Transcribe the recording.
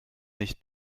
nicht